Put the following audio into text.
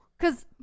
Cause